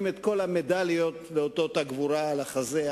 את כל המדליות ואותות הגבורה על החזה,